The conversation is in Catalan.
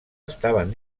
estaven